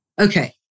Okay